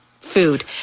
food